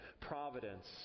providence